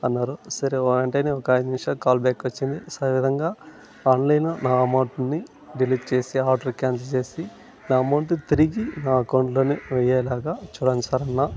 అన్నారు సరే అంటేనే ఒక ఐదు నిమిసాలు కాల్ బ్యాక్ వచ్చింది ఆన్లైన్లో నా అమౌంట్ని డిలీట్ చేసి ఆర్డర్ కాన్సెల్ చేసి నా ఎమౌంటు తిరిగి నా అకౌంటులోనే వేయలగ చూడండి సర్ అన్నా